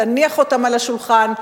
תניח אותם על השולחן,